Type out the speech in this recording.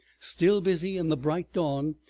still busy, in the bright dawn,